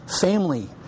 family